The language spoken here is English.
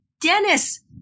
Dennis